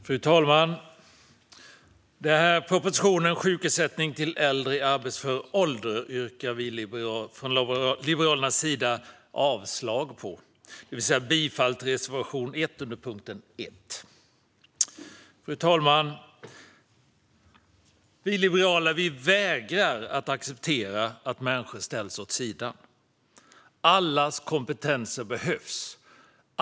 Fru talman! Från Liberalernas sida yrkar vi avslag på propositionen Sjukersättning till äldre i förvärvsarbetande ålder och bifall till reservation 1 under punkt 1. Fru talman! Vi liberaler vägrar att acceptera att människor ställs åt sidan. Allas kompetenser behövs.